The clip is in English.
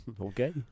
Okay